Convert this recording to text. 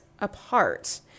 apart